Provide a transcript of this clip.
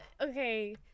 Okay